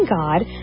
God